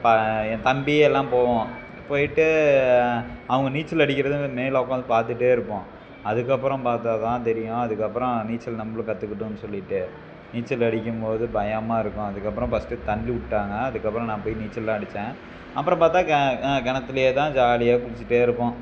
ப என் தம்பி எல்லாம் போவோம் போய்விட்டு அவங்க நீச்சல் அடிக்கிறதை நாங்கள் மேலே உட்காந்து பார்த்துட்டே இருப்போம் அதுக்கப்புறம் பார்த்தா தான் தெரியும் அதுக்கப்புறம் நீச்சல் நம்மளும் கற்றுக்கிட்டுன்னு சொல்லிட்டு நீச்சல் அடிக்கும் போது பயமாக இருக்கும் அதுக்கப்புறம் பஸ்ட்டு தள்ளி விட்டாங்க அதுக்கப்புறம் நான் போய் நீச்சலெல்லாம் அடித்தேன் அப்புறம் பார்த்தா கெ கிணத்துலயே தான் ஜாலியாக குளிச்சுட்டே இருப்போம்